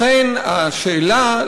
אכן, השאלה.